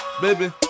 Baby